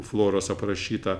floros aprašyta